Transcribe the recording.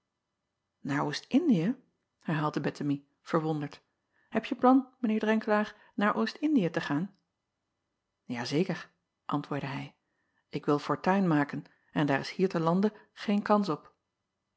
aar ost ndiën herhaalde ettemie verwonderd heb je plan mijn eer renkelaer naar ost ndiën te gaan a zeker antwoordde hij ik wil fortuin maken en daar is hier te lande geen kans op